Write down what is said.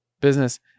business